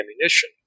ammunition